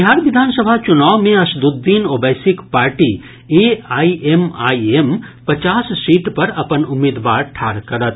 बिहार विधानसभा चुनाव मे असदुद्दीन ओवैसीक party A I M I M पचास सीट पर अपन उम्मीदवार ठाढ़ करत